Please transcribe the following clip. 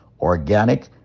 organic